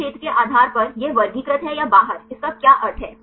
फिर इस क्षेत्र के आधार पर यह वर्गीकृत है या बाहर इसका क्या अर्थ है